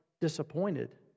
disappointed